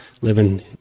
living